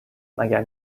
مگر